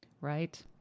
right